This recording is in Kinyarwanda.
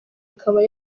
akaba